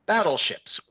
Battleships